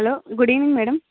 hello good evening madam